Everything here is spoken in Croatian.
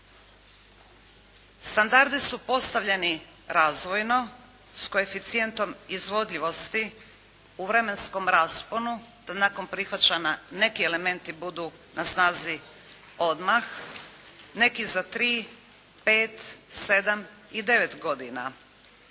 Standardi su postavljeni razvojno s koeficijentom izvodljivosti u vremenskom rasponu, da nakon prihvaćanja neki elementi budu na snazi odmah, neki za 3, 5, 7 i 9 godina.